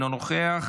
אינו נוכח.